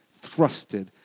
thrusted